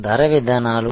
ధర విధానాలు